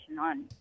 on